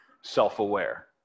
self-aware